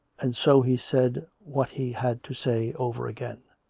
and so he said what he had to say, over again.